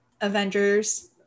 Avengers